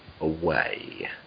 away